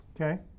Okay